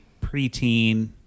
preteen